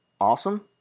awesome